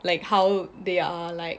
like how they are like